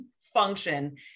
function